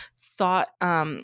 thought